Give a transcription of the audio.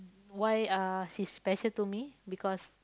why uh she's special to me because